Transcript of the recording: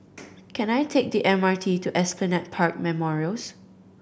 can I take the M R T to Esplanade Park Memorials